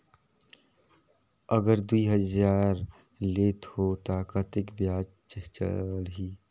अगर दुई हजार लेत हो ता कतेक ब्याज चलही?